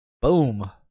Boom